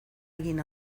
egin